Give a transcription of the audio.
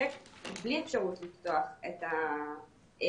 השתק בלי אפשרות לפתוח את המיקרופונים